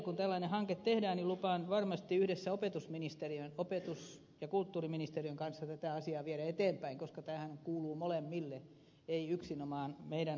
kun tällainen hanke tehdään niin lupaan varmasti yhdessä opetus ja kulttuuriministeriön kanssa tätä asiaa viedä eteenpäin koska tämähän kuuluu molemmille ei yksinomaan meidän hallinnonalallemme